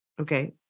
Okay